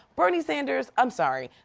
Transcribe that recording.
bernie sanders, i'm sorry.